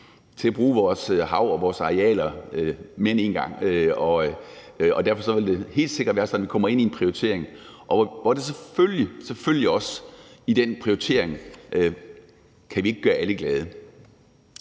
til at bruge vores hav og vores arealer mere end en gang, og derfor vil det helt sikkert være sådan, at vi kommer ind på en prioritering, hvor det selvfølgelig – selvfølgelig – også i den prioritering bliver sådan, at vi ikke kan gøre alle glade.